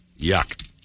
Yuck